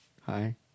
Hi